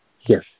Yes